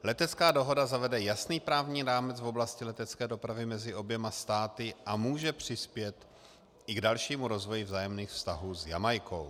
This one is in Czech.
Letecká dohoda zavede jasný právní rámec v oblasti letecké dopravy mezi oběma státy a může přispět i k dalšímu rozvoji vzájemných vztahů s Jamajkou.